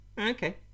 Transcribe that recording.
Okay